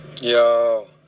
Yo